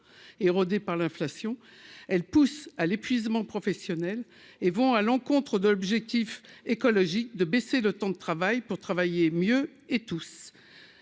érodé par l'inflation, elle pousse à l'épuisement professionnel et vont à l'encontre d'objectifs écologiques de baisser le temps de travail pour travailler mieux et tous